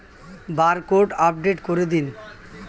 Barcode update করে দিন?